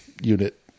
unit